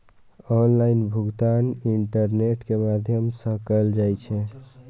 online भुगतान internet के माध्यम सं कैल जाइ छै